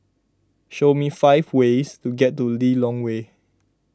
show me five ways to get to Lilongwe